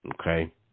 Okay